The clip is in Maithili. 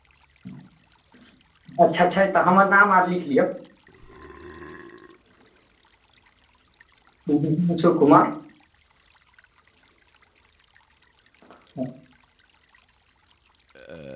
तऽ ताहि दुआरे अपना ठीक अइ आहाँ रहिऔ हमहूँ रहब सब ठीके रहतै अगर हम ठीक छियै तऽ सब ठीक रहतै हँ रखू रखू हँ हँ रखू आब रख मूँहो हमरा दु